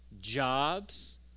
jobs